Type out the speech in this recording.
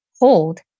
hold